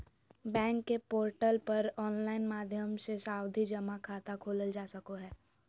bank के portal पर online माध्यम से सावधि जमा खाता खोलल जा सको हय